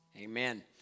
Amen